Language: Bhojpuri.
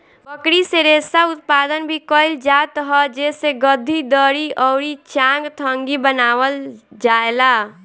बकरी से रेशा उत्पादन भी कइल जात ह जेसे गद्दी, दरी अउरी चांगथंगी बनावल जाएला